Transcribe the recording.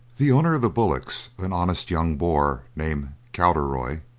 the owner of the bullocks, an honest young boor named cowderoy,